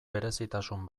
berezitasun